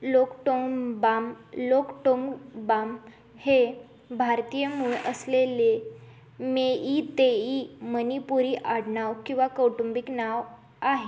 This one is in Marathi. लोकटोंगबाम लोकटोंगबाम हे भारतीय मूळ असलेले मेईतेई मणिपुरी आडनाव किंवा कौटुंबिक नाव आहे